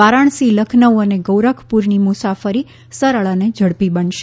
વારાણસી લખનઉ અને ગોરખપુરની મુસાફરી સરળ અને ઝડપી બનશે